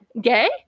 gay